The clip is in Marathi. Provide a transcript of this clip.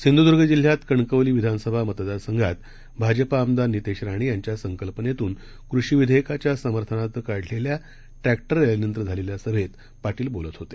सिंधुद्ग जिल्ह्यात कणकवली विधानसभा मतदार संघात भाजपा आमदार नितेश राणे यांच्या संकल्पनेतून कृषी विधेयकाच्या समर्थनार्थ काढलेल्या ट्रॅक्टर रॅलीनंतर झालेल्या सभेत पाटील बोलत होते